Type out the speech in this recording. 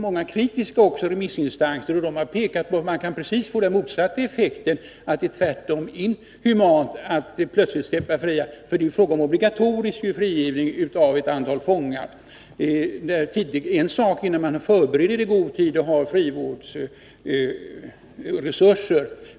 Herr talman! Jag har läst yttranden från många kritiska remissinstanser, som pekat på den motsatta effekten: att det är inhumant att plötsligt släppa fångar fria. Det är nämligen fråga om obligatorisk frigivning av ett antal fångar. Det är en helt annan sak när frigivningen förbereds i god tid och man har frivårdsresurser.